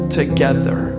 together